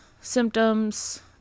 symptoms